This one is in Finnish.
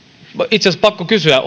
itse asiassa pakko kysyä